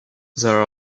there